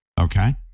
Okay